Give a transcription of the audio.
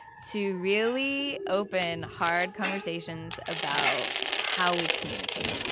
to really open hard conversations about how we communicate.